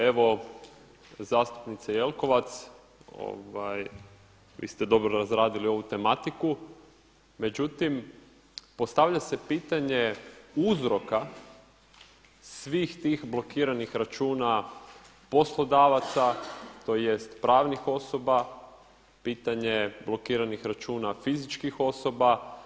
Evo zastupnice Jelkovac, vi ste dobro razradili ovu tematiku, međutim postavlja se pitanje uzroka svih tih blokiranih računa poslodavaca, tj. pravnih osoba, pitanje blokiranih računa fizičkih osoba.